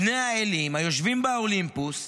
בני האלים היושבים באולימפוס,